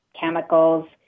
chemicals